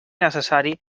necessari